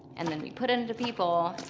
and then we put it into people